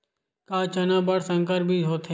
का चना बर संकर बीज होथे?